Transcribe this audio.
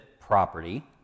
property